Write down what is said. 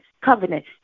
covenant